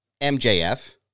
MJF